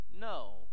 No